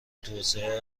توسعه